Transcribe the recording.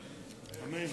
אמן.